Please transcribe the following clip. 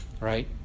Right